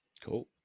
Cool